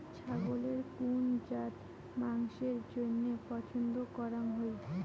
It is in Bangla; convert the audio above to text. ছাগলের কুন জাত মাংসের জইন্য পছন্দ করাং হই?